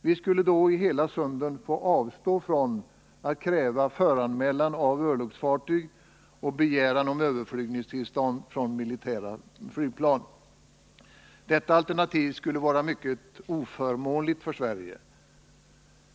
Vi skulle då i hela sunden få avstå från att kräva föranmälan av örlogsfartyg och begäran om överflygningstillstånd från militära flygplan. Detta alternativ skulle vara mycket oförmånligt för Sverige.